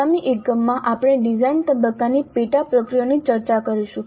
આગામી એકમમાં આપણે ડિઝાઇન તબક્કાની પેટા પ્રક્રિયાઓની ચર્ચા કરીશું